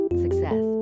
success